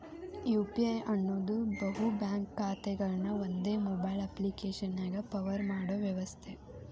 UPI ಅನ್ನೋದ್ ಬಹು bank ಖಾತೆಗಳನ್ನ ಒಂದೇ ಮೊಬೈಲ್ ಅಪ್ಪ್ಲಿಕೆಶನ್ಯಾಗ ಪವರ್ ಮಾಡೋ ವ್ಯವಸ್ಥೆ